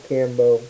Cambo